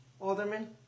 Alderman